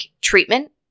treatment